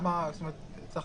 למה צריך